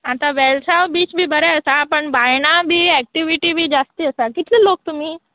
आतां वेलसाव बीच बी बरें आसा पण बायणां बी एक्टिविटी बी जास्त आसा कितले लोक तुमी